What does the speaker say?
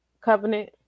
covenant